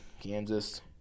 Kansas